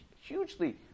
hugely